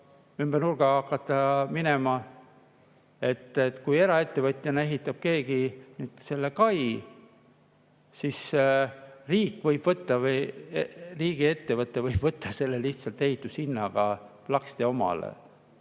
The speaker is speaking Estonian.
ümber nurga hakata minema. Kui eraettevõtjana ehitab keegi selle kai, siis riik võib võtta või riigiettevõte võib võtta selle lihtsalt ehitushinnaga plaksti omale.